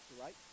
Right